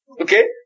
Okay